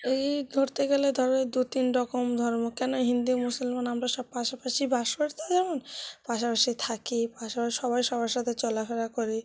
এই ধরতে গেলে ধরো এই দু তিন রকম ধর্ম কেন হিন্দু মুসলমান আমরা সব পাশাপাশি বাস করি তা যেমন পাশাপাশি থাকি পাশাপাশি সবাই সবার সাথে চলাফেরা করি